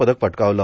पदक पटकावले